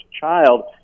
child